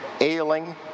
ailing